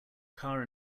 car